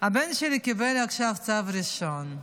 הבן שלי קיבל עכשיו צו ראשון.